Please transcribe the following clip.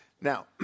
Now